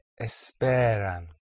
esperan